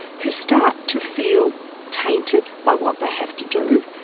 who start to feel tainted by what they have to do.